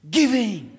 Giving